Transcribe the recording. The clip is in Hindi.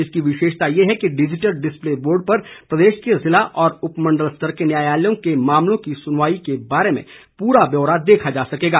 इसकी विशेषता यह है कि डिजिटल डिस्पले बोर्ड पर प्रदेश के ज़िला और उपमंडल स्तर के न्यायालयों के मामलों की सुनवाई के बारे में पूरा ब्यौरा देखा जा सकेगा